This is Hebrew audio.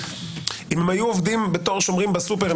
לו היו עובדים כשומרים בסופר,